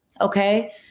okay